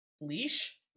Leash